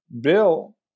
bill